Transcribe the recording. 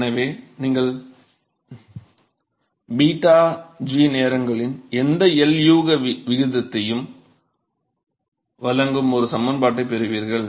எனவே நீங்கள் 𝞫g நேரங்களின் எந்த L யூக விகிதத்தின் விகிதத்தையும் வழங்கும் ஒரு சமன்பாட்டைப் பெறுவீர்கள்